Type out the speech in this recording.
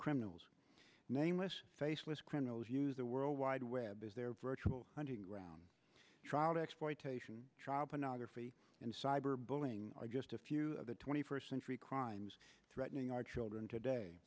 criminals nameless faceless criminals use the world wide web as their virtual hunting ground trials exploitation child pornography and cyberbullying are just a few of the twenty first century crimes threatening our children today